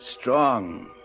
Strong